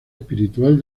espiritual